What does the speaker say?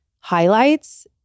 highlights